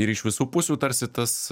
ir iš visų pusių tarsi tas